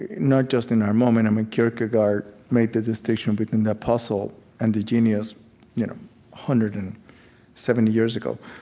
not just in our moment i mean kierkegaard made the distinction between the apostle and the genius one you know hundred and seventy years ago.